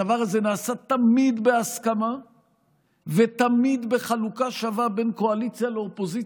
הדבר הזה נעשה תמיד בהסכמה ותמיד בחלוקה שווה בין קואליציה לאופוזיציה,